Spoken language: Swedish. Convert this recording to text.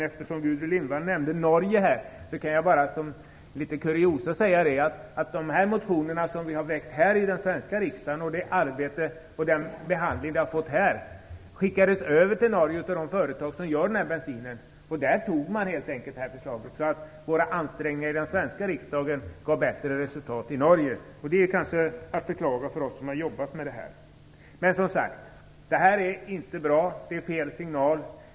Eftersom Gudrun Lindvall nämnde Norge kan jag som kuriosa säga att de motioner vi har väckt i den svenska riksdagen och resultatet av den behandling frågan har fått här skickades över till de företag i Norge som gör denna bensin. Där antog man helt enkelt förslaget. Ansträngningarna i den svenska riksdagen gav bättre resultat i Norge. Det är kanske att beklaga för oss som har jobbat med frågan. Det faktum att akrylatbensinen inte skall tillhöra miljöklass 2 är inte bra. Det är fel signal.